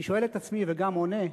אני שואל את עצמי וגם עונה,